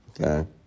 okay